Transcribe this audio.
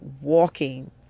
walking